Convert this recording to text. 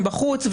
שהם בחוץ,